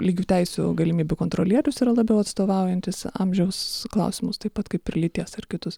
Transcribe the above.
lygių teisių galimybių kontrolierius yra labiau atstovaujantis amžiaus klausimus taip pat kaip ir lyties ar kitus